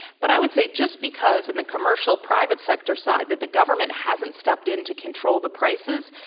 but i would say just because in the commercial private sector side that the government hasn't stepped in to control the prices,